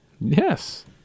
Yes